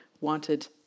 wanted